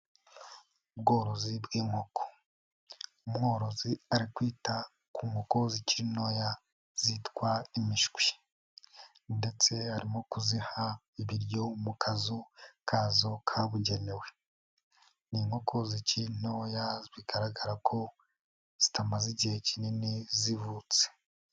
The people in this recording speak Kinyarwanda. Ubworozi bw'inkoko, umworozi ari kwita ku nkoko zikiri ntoya zitwa imishwi, ndetse arimo kuziha ibiryo mu kazu kazo kabugenewe, ni inkoko zikiri ntoya bigaragara ko zitamaze igihe kinini zivutse.